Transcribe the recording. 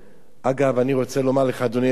אגב, אני רוצה לומר לך, אדוני היושב-ראש,